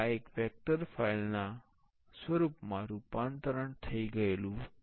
હવે આ એક વેક્ટર ફાઇલ માં પણ રૂપાંતરિત થયું